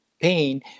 pain